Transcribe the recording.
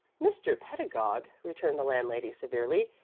mr. pedagog, returned the landlady, severely,